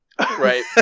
Right